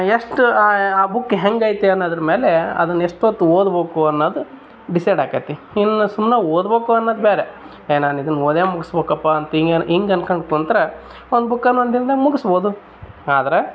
ಎಷ್ಟ್ ಆ ಬುಕ್ ಹೆಂಗೈತಿ ಅನ್ನೋದರ ಮೇಲೆ ಅದನ್ನು ಎಷ್ಟೋತ್ ಓದ್ಬೋಕು ಅನ್ನೋದ್ ಡಿಸೈಡ್ ಆಕತಿ ಇನ್ನು ಸುಮ್ನೆ ಓದ್ಬೋಕು ಅನ್ನೋದ್ ಬೇರೆ ಏ ನಾನು ಇದ್ನ ಓದೇ ಮುಗಿಸಬೇಕಪ್ಪಾ ಅಂತ ಹಿಂಗೆ ಹಿಂಗ್ ಅನ್ಕೊಂಡ್ ಕುಂತ್ರೆ ಒಂದು ಬುಕ್ಕನ್ನು ಒಂದು ದಿನ್ದಾಗೆ ಮುಗಿಸ್ಬೋದು ಆದರೆ